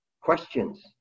Questions